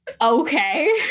okay